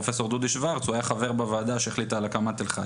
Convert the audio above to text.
פרופ' דודי שוורץ הוא היה חבר בוועדה שהחליטה על הקמת תל חי.